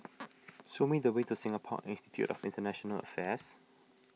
show me the way to Singapore Institute of International Affairs